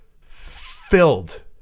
filled